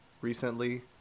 recently